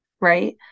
Right